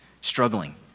struggling